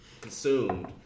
consumed